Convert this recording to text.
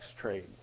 trade